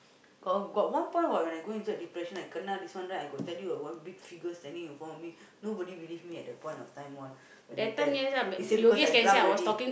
got got one point what when I go inside depression I kena this one right I got tell you ah got one big figure standing in front of me nobody believe me at the point of time one when I tell he say because I drunk already